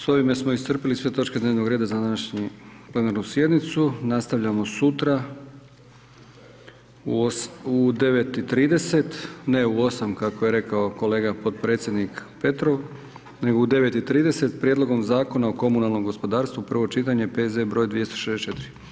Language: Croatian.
S ovime smo iscrpili sve točke dnevnog reda za današnju plenarnu sjednicu, nastavljamo sutra u 9,30 ne u 8 kako je rekao kolega potpredsjednik Petrov nego u 9,30 Prijedlogom zakona o komunalnom gospodarstvu, prvo čitanje, P.Z. broj 264.